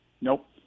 Nope